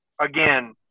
Again